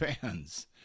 fans